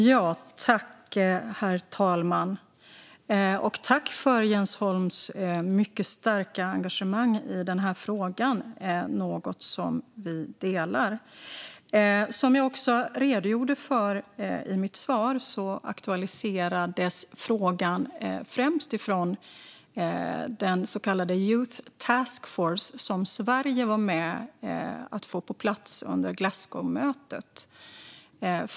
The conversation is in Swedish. Herr talman! Jag tackar för Jens Holms mycket starka engagemang i frågan. Det är något som vi delar. Jag redogjorde också i mitt svar för att frågan aktualiserades främst från den så kallade youth task force som Sverige var med i att få på plats under Glasgowmötet.